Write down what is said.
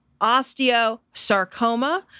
osteosarcoma